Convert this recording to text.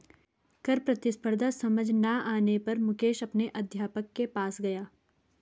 कर प्रतिस्पर्धा समझ ना आने पर मुकेश अपने अध्यापक के पास गया